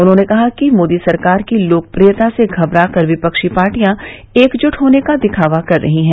उन्होंने कहा कि मोदी सरकार की लोकप्रियता से घबरा कर विपक्षी पार्टियां एकजूट होने का दिखावा कर रही है